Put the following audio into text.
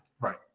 Right